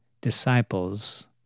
disciples